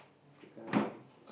kind of thing